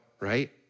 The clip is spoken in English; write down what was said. right